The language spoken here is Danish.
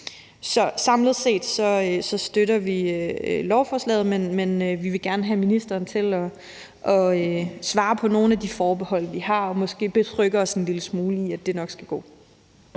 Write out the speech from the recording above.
samlet set støtter vi lovforslaget, men vi vil gerne have ministeren til at svare på nogle af de forbehold, vi har, og måske betrygge os en lille smule i, at det nok skal gå.